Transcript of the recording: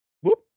whoop